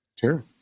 Sure